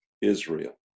Israel